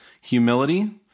humility